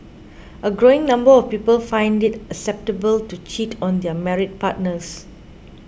a growing number of people find it acceptable to cheat on their married partners